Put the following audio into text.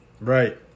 Right